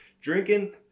Drinking